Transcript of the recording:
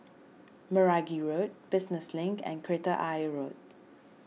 Meragi Road Business Link and Kreta Ayer Road